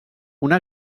una